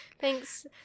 thanks